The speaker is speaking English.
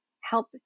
help